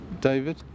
David